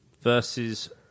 versus